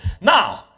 Now